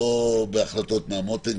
לא בהחלטות מהמותן,